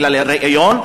בגלל הריאיון,